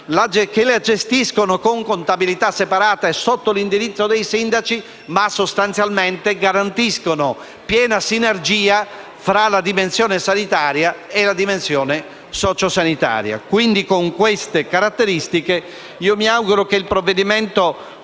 che la gestiscono con contabilità separata sotto l'indirizzo dei sindaci, ma sostanzialmente garantiscono piena sinergia tra la dimensione sanitaria e quella sociosanitaria. Con queste caratteristiche mi auguro che il provvedimento